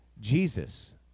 Jesus